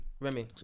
Remy